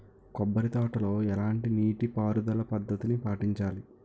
కొబ్బరి తోటలో ఎలాంటి నీటి పారుదల పద్ధతిని పాటించాలి?